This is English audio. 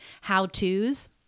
how-tos